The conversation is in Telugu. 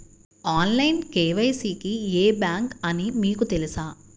ఆన్లైన్ కే.వై.సి కి ఏ బ్యాంక్ అని మీకు తెలుసా?